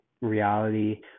reality